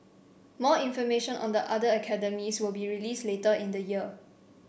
more information on the other academies will be released later in the year